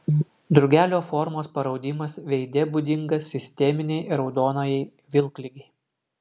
drugelio formos paraudimas veide būdingas sisteminei raudonajai vilkligei